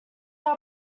are